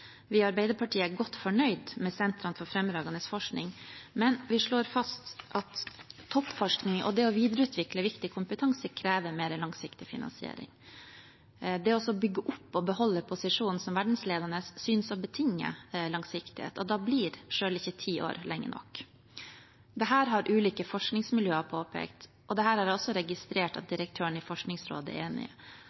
Vi i Arbeiderpartiet er godt fornøyd med sentrene for fremragende forskning, men vi slår fast at toppforskning og det å videreutvikle viktig kompetanse krever mer langsiktig finansiering. Det å bygge opp og beholde posisjonen som verdensledende synes å betinge langsiktighet, og da blir selv ikke ti år lenge nok. Dette har ulike forskningsmiljøer påpekt, og dette har jeg også registrert at direktøren i Forskningsrådet er enig i.